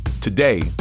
Today